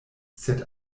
sed